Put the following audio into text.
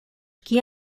que